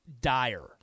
Dire